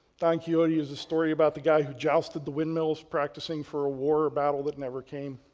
don quixote is a story about the guy who jousted the windmills practicing for a war, a battle that never came.